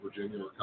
Virginia